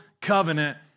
covenant